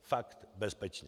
Fakt bezpečně!